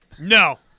No